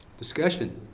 discussion?